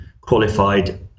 qualified